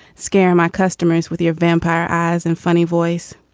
scare my customers with your vampire eyes and funny voice.